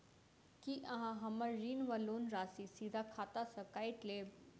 की अहाँ हम्मर ऋण वा लोन राशि सीधा खाता सँ काटि लेबऽ?